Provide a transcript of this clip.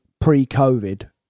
pre-COVID